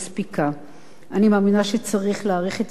אני מאמינה שצריך להאריך את התקופה לשבע שנים.